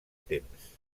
temps